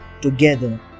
Together